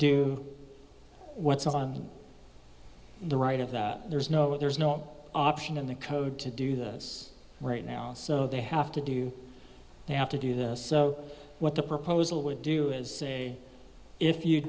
do what's on the right of that there's no there's no option in the code to do this right now so they have to do they have to do this so what the proposal would do is say if you